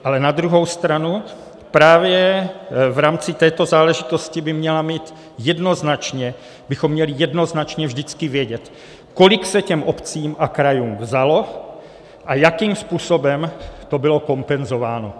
Ale na druhou stranu právě v rámci této záležitosti bychom měli jednoznačně vždycky vědět, kolik se těm obcím a krajům vzalo a jakým způsobem to bylo kompenzováno.